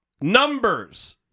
Numbers